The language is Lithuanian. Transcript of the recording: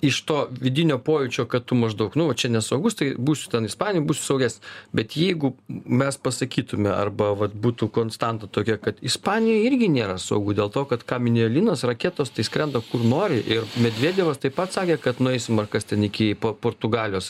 iš to vidinio pojūčio kad tu maždaug nu va čia nesaugus tai būsiu ten ispanijoj bus suagesnis bet jeigu mes pasakytume arba vat būtų konstanta tokia kad ispanijoj irgi nėra saugu dėl to kad ką minėjo linos raketos skrenda kur nori ir medvedevas taip pat sakė kad nueisim ar kas ten iki pa portugalijos